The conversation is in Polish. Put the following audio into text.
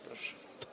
Proszę.